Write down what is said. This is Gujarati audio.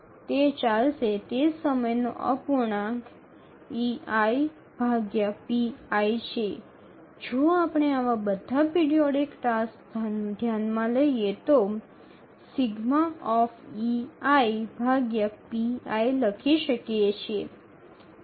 તે ચાલશે તે સમયનો અપૂર્ણાંક છે જો આપણે આવા બધા પિરિયોડિક ટાસ્ક ધ્યાનમાં લઈએ તો આપણે ∑ લખી શકીએ છીએ